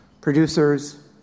producers